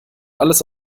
alles